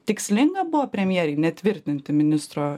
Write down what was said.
tikslinga buvo premjerei netvirtinti ministro